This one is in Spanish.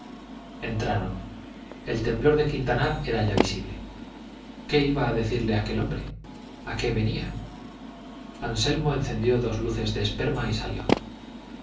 entraron el temblor de quintanar era ya visible qué iba a decirle aquel hombre a qué venía anselmo encendió dos luces de esperma y salió